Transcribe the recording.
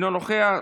אינו נוכח,